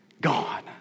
gone